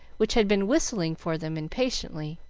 which had been whistling for them impatiently.